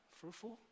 fruitful